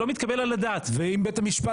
שהוא לא מתקבל על הדעת --- ואם בית המשפט,